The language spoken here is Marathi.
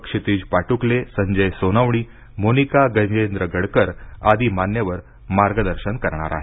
क्षितिज पाटुकले संजय सोनवणी मोनिका गजेंद्रगडकर आदी मान्यवर मार्गदर्शन करणार आहेत